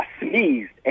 sneezed